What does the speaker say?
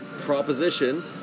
proposition